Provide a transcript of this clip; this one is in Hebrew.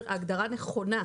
ההגדרה נכונה.